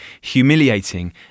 humiliating